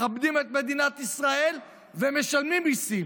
מכבדים את מדינת ישראל ומשלמים מיסים.